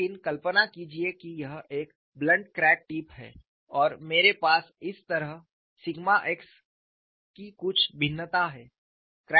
लेकिन कल्पना कीजिए कि यह एक ब्लंट क्रैक टिप है और मेरे पास इस तरह सिग्मा x की कुछ भिन्नता है